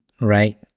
right